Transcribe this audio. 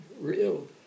real